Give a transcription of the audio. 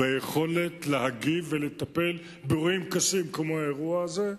ביכולת להגיב ולטפל באירועים קשים כמו האירוע הזה,